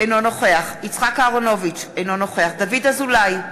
אינו נוכח יצחק אהרונוביץ, אינו נוכח דוד אזולאי,